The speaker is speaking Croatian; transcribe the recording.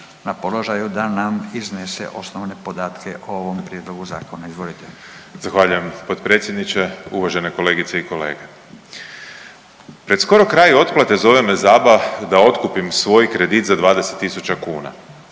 na položaju da nam iznese osnovne podatke o ovom prijedlogu zakona, izvolite. **Grbin, Peđa (SDP)** Zahvaljujem potpredsjedniče, uvažene kolegice i kolege. Pred skoro kraj otplate zove me ZABA da otkupim svoj kredit za 20 tisuća